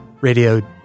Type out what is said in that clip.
Radio